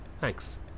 Thanks